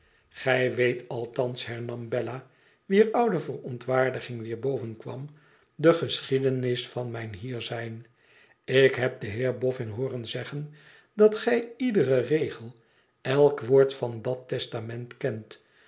gij weet althans hernam bella wier oude verontwaardiging weer boven kwam ide geschiedenis van mijn hierzijn ik heb den heer boffin hooren zeggen dat gij iederen regel elk woord van dat testament kent